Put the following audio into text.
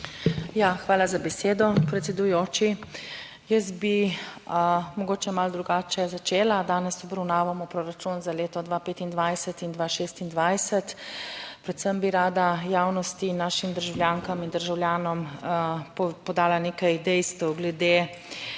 hvala za besedo, predsedujoči. Jaz bi mogoče malo drugače začela. Danes obravnavamo proračun za leto 2025 in 2026. Predvsem bi rada javnosti, našim državljankam in državljanom podala nekaj dejstev glede